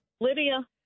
Lydia